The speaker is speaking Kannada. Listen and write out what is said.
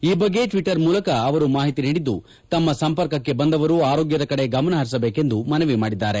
ಈ ಬಗ್ಗೆ ಟ್ವಿಟ್ತರ್ ಮೂಲಕ ಅವರು ಮಾಹಿತಿ ನೀಡಿದ್ದು ತಮ್ಮ ಸಂಪರ್ಕಕ್ಕೆ ಬಂದವರು ಆರೋಗ್ಯದ ಕಡೆ ಗಮನಪರಿಸಬೇಕೆಂದು ಮನವಿ ಮಾಡಿದ್ದಾರೆ